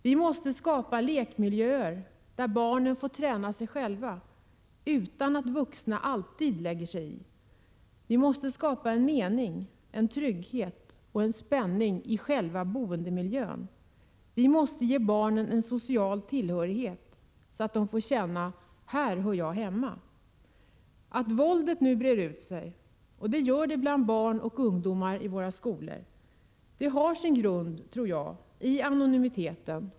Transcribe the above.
Vi måste skapa lekmiljöer där barnen får träna sig själva, utan att vuxna alltid lägger sig i. Vi måste skapa en mening, en trygghet och en spänning i själva boendemiljön. Vi måste ge barnen en social tillhörighet, så att de får känna: Här hör jag hemma. Att våldet nu breder ut sig, och det gör det bland barn och ungdomar i skolorna, har sin grund i anonymiteten.